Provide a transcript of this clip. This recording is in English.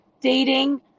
dating